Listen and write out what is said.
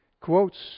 quotes